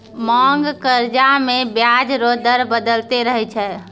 मांग कर्जा मे बियाज रो दर बदलते रहै छै